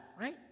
right